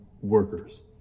workers